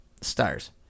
Stars